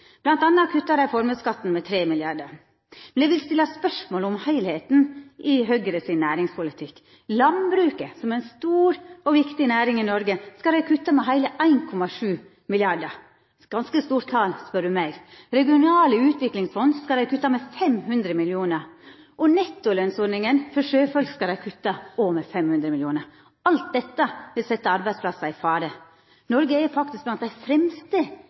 dei kutta med heile 1,7 mrd. kr – eit ganske stort tal, spør du meg. Regionale utviklingsfond skal dei kutta med 500 mill. kr. Og nettolønnsordninga for sjøfolk skal dei òg kutta med 500 mill. kr. Alt dette vil setja arbeidsplassar i fare. Noreg er blant dei fremste